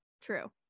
true